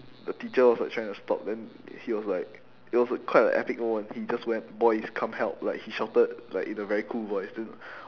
the teacher was like trying to stop them he was like it was a quite a epic moment he just went boys come help like he shouted like in a very cool voice then